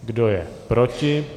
Kdo je proti?